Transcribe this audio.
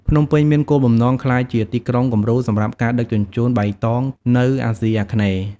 ភ្នំពេញមានគោលបំណងក្លាយជាទីក្រុងគំរូសម្រាប់ការដឹកជញ្ជូនបៃតងនៅអាស៊ីអាគ្នេយ៍។